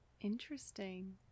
Interesting